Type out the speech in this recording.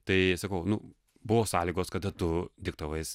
tai sakau nu buvo sąlygos kada tu diktavai